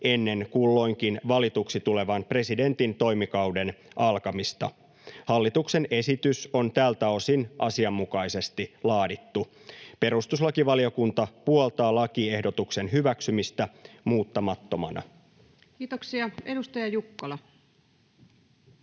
ennen kulloinkin valituksi tulevan presidentin toimikauden alkamista. Hallituksen esitys on tältä osin asianmukaisesti laadittu. Perustuslakivaliokunta puoltaa lakiehdotuksen hyväksymistä muuttamattomana. [Speech 161] Speaker: